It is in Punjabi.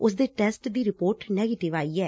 ਉਸ ਦੇ ਟੈਸਟ ਦੀ ਰਿਪੋਰਟ ਨਗੇਟਿਵ ਆਈ ਐ